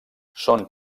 són